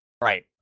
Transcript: Right